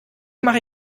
mache